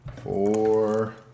four